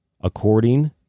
according